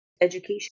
Education